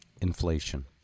Inflation